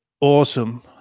awesome